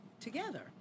together